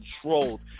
controlled